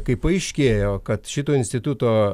kai paaiškėjo kad šito instituto